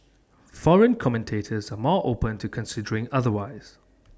foreign commentators are more open to considering otherwise